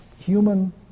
human